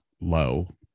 low